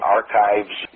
archives